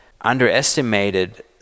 underestimated